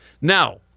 Now